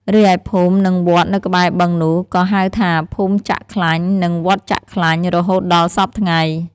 រីឯភូមិ និងវត្តនៅក្បែរបឹងនោះ ក៏ហៅថា “ភូមិចាក់ខ្លាញ់” និង “វត្តចាក់ខ្លាញ់” រហូតដល់សព្វថ្ងៃ។